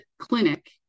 clinic